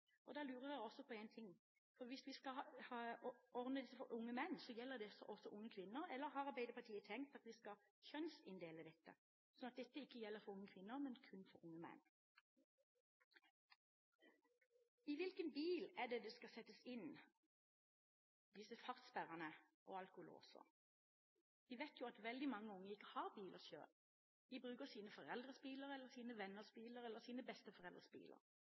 Da lurer jeg på én ting: Hvis vi skal ha ordninger for unge menn, gjelder det også unge kvinner – eller har Arbeiderpartiet tenkt at vi skal kjønnsinndele dette, slik at det ikke gjelder for unge kvinner, men kun for unge menn? I hvilke biler skal det settes inn fartssperrer og alkolåser? Vi vet at veldig mange unge ikke har bil selv. De bruker sine foreldres biler, sine venners biler eller sine